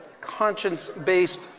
conscience-based